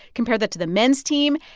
compare that to the men's team.